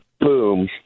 boom